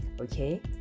okay